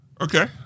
Okay